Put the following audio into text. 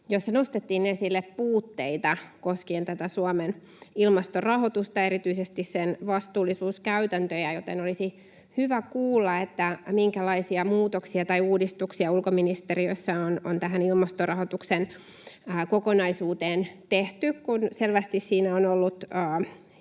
jossa nostettiin esille puutteita koskien tätä Suomen ilmastorahoitusta ja erityisesti sen vastuullisuuskäytäntöjä, joten olisi hyvä kuulla, minkälaisia muutoksia tai uudistuksia ulkoministeriössä on tähän ilmastorahoituksen kokonaisuuteen tehty, kun selvästi siinä on ollut